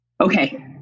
Okay